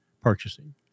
purchasing